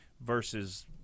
versus